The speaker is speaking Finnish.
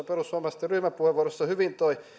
perussuomalaisten ryhmäpuheenvuorossa hyvin toi